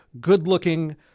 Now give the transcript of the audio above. good-looking